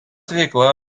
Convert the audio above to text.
veikla